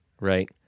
right